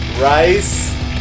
rice